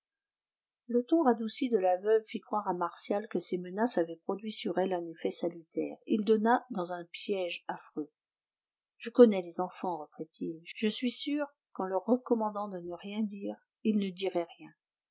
le ton radouci de la veuve fit croire à martial que ses menaces avaient produit sur elle un effet salutaire il donna dans un piège affreux je connais les enfants reprit-il je suis sûr qu'en leur recommandant de ne rien dire ils ne diraient rien